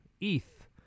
ETH